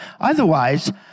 Otherwise